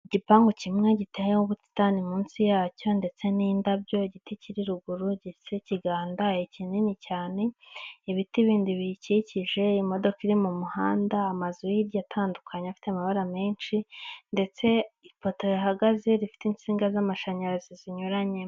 Igipangu kimwe giteyeho ubusitani munsi yacyo, ndetse n’indabyo. Igiti kiri ruguru kigandahaye, kinini cyane, ibindi biti biragikikije. Imodoka iri mu muhanda, amazu y’iryo santere atandukanye afite amabara menshi. Ipoto rihagaze, rifite insinga z’amashanyarazi zinyuranyemo.